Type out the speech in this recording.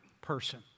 person